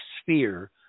sphere